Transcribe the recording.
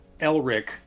Elric